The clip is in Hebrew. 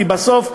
כי בסוף,